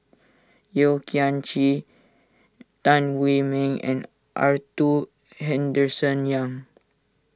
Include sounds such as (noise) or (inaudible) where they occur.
Yeo Kian Chye Tan (unintelligible) Meng and Arthur Henderson Young